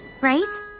right